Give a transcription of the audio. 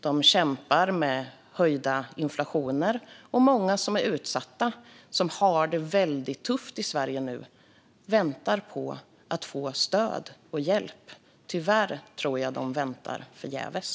De kämpar med höjd inflation. Det är många som är utsatta och har det väldigt tufft i Sverige nu. De väntar på att få stöd och hjälp. Tyvärr tror jag att de väntar förgäves.